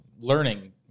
learning